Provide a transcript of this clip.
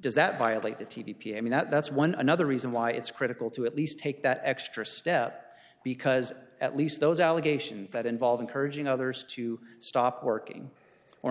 does that violate the t v p i mean that's one another reason why it's critical to at least take that extra step because at least those allegations that involve encouraging others to stop working or